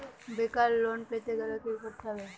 বেকার লোন পেতে গেলে কি করতে হবে?